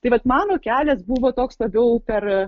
tai vat mano kelias buvo toks labiau per